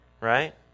right